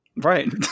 Right